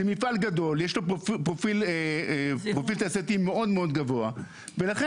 זה מפעל גדול יש לו פרופיל תעשייתי מאוד מאוד גבוה ולכן